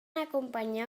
acompanyar